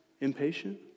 Impatient